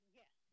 yes